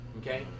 Okay